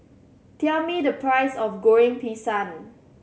tell me the price of Goreng Pisang